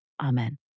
amen